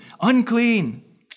unclean